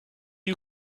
you